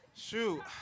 Shoot